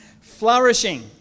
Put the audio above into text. Flourishing